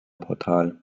portal